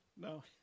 No